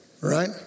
right